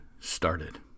started